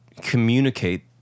communicate